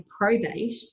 probate